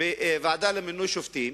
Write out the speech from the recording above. הממשלה שולטת בוועדה למינוי שופטים,